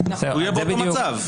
הוא יהיה באותו מצב.